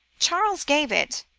charles gave it,